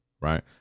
right